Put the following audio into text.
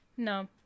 no